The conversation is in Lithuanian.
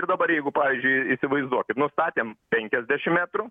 ir dabar jeigu pavyzdžiui įsivaizduokim nustatėm penkiasdešim metrų